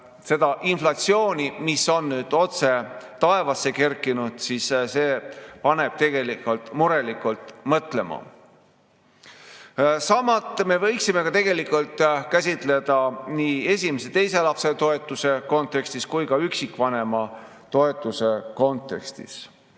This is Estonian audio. seda inflatsiooni, mis on nüüd otse taevasse kerkinud, siis see paneb tegelikult murelikult mõtlema. Sama me võiksime tegelikult käsitleda nii esimese ja teise lapse toetuse kontekstis kui ka üksikvanema toetuse kontekstis.